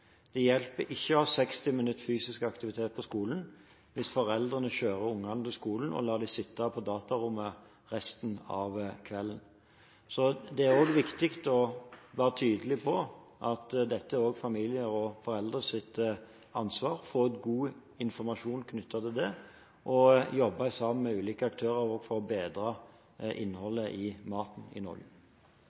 Det hjelper ikke å ha 60 minutter med fysisk aktivitet på skolen hvis foreldrene kjører ungene til skolen og lar dem sitte på datarommet resten av kvelden. Så det er viktig å være tydelig på at dette er familiers og foreldres ansvar. Vi må få ut god informasjon om det og jobbe sammen med ulike aktører for å bedre innholdet i maten i Norge.